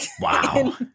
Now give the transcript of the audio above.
Wow